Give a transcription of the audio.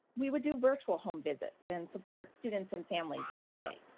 we would do virtual home visits and support students and families that way.